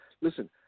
listen